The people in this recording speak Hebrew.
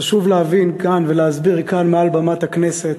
חשוב להבין כאן, ולהסביר כאן, מעל בימת הכנסת: